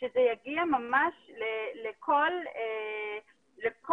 שזה יגיע ממש לכל האוכלוסיות,